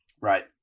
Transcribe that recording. Right